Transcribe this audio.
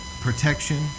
Protection